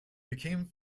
became